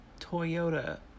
Toyota